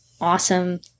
Awesome